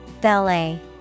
Ballet